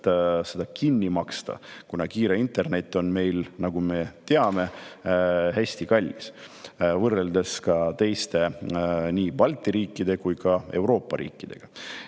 kinni maksta, kuna kiire internet on meil, nagu me teame, hästi kallis võrreldes nii teiste Balti riikide kui ka Euroopa riikidega.